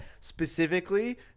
Specifically